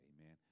Amen